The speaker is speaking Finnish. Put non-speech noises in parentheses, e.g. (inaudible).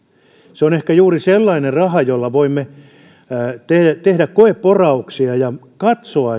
se on ehkä juuri sellainen raha jolla voimme tehdä tehdä koeporauksia ja katsoa (unintelligible)